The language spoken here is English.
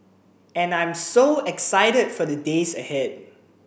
and I'm so excited for the days ahead